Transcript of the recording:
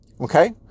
Okay